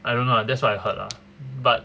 I don't know lah that's what I heard lah but